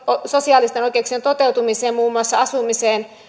sosiaalisten oikeuksien toteutumiseen muun muassa asumiseen